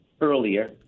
earlier